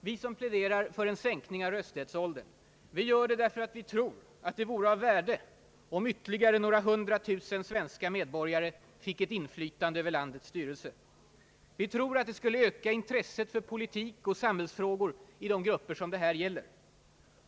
Vi som pläderar för en sänkning av rösträttsåldern gör det därför att vi tror att det vore av värde om ytterligare några hundratusen svenska medborgare fick inflytande över landets styrelse. Vi tror att det skulle öka intresset för politik och samhällsfrågor i de grupper som det här gäller.